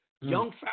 Young